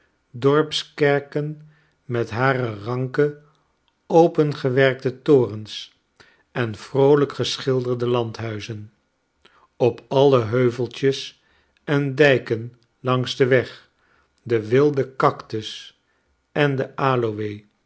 dorpskerken met hare ranke opengewerkte torens en vroolijk geschilderde landhuizen op alle heuveltjes en dijken langs den weg de wilde cactus en de aloe